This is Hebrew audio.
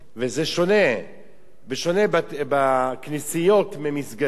וזה שונה בכנסיות וממסגדים,